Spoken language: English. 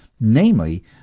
namely